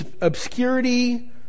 obscurity